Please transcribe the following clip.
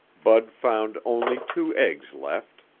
bud found only two eggs left.